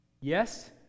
yes